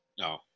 No